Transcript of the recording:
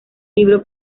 libro